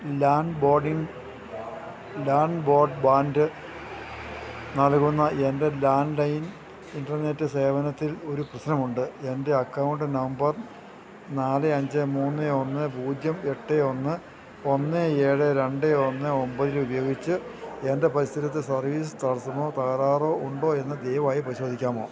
LAN boarding LAN board band നൽകുന്ന എൻ്റെ landline internet സേവനത്തിൽ ഒരു പ്രശ്നമുണ്ട് എൻ്റെ അക്കൗണ്ട് നമ്പർ നാല് അഞ്ച് മൂന്ന് ഒന്ന് പൂജ്യം എട്ട് ഒന്ന് ഒന്ന് ഏഴ് രണ്ട് ഒന്ന് ഒൻപത് ഉപയോഗിച്ച് എൻ്റെ പരിസരത്ത് സർവീസ് തടസ്സമോ തകരാറോ ഉണ്ടോ എന്ന് ദയവായി പരിശോധിക്കാമോ